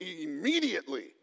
immediately